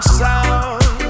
sound